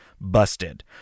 Busted